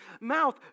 Mouth